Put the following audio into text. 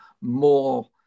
more